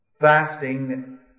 fasting